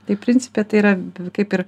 tai principe tai yra kaip ir